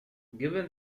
given